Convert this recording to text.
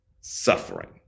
suffering